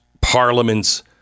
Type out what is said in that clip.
parliaments